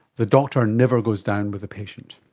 the doctor never goes down with the patient.